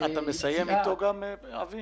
אבי,